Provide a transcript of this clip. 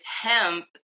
hemp